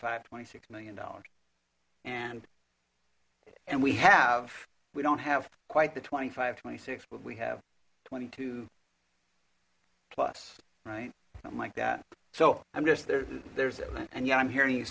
five twenty six million dollars and and we have we don't have quite the twenty five twenty six but we have twenty two plus right something like that so i'm just there there's it and yet i'm hearing you